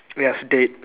yes date